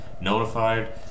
notified